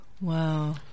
Wow